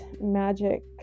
magic